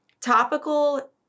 topical